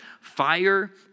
fire